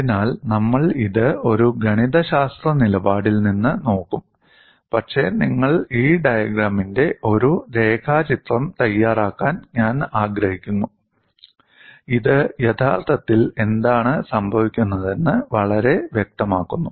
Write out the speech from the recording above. അതിനാൽ നമ്മൾ ഇത് ഒരു ഗണിതശാസ്ത്ര നിലപാടിൽ നിന്ന് നോക്കും പക്ഷേ നിങ്ങൾ ഈ ഡയഗ്രാമിന്റെ ഒരു രേഖാചിത്രം തയ്യാറാക്കാൻ ഞാൻ ആഗ്രഹിക്കുന്നു ഇത് യഥാർത്ഥത്തിൽ എന്താണ് സംഭവിക്കുന്നതെന്ന് വളരെ വ്യക്തമാക്കുന്നു